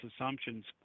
assumptions